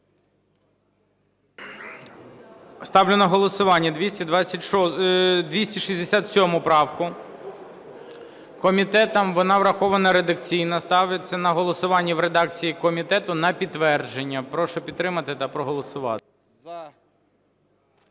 Ставлю на голосування 267 правку. Комітетом вона врахована редакційно. Ставиться на голосування в редакції комітету на підтвердження. Прошу підтримати та проголосувати.